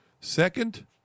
Second